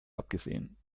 abgesehen